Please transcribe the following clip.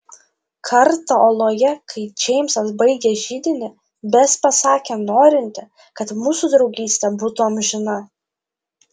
kartą oloje kai džeimsas baigė židinį bes pasakė norinti kad mūsų draugystė būtų amžina